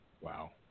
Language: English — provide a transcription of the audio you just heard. Wow